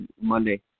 Monday